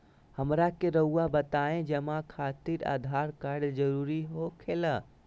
हमरा के रहुआ बताएं जमा खातिर आधार कार्ड जरूरी हो खेला?